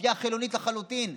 כפייה חילונית לחלוטין.